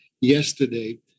yesterday